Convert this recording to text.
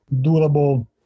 durable